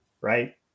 right